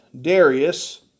Darius